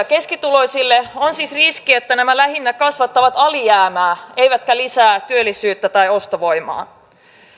keskituloisille on siis riski että nämä lähinnä kasvattavat alijäämää eivätkä lisää työllisyyttä tai ostovoimaa